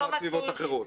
לעומת סביבות אחרות.